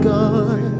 God